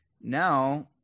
Now